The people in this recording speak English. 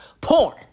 porn